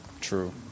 True